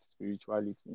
spirituality